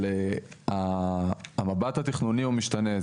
אבל המבט התכנוני הוא משתנה.